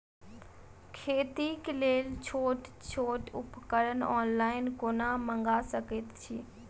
खेतीक लेल छोट छोट उपकरण ऑनलाइन कोना मंगा सकैत छी?